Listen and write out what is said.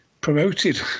promoted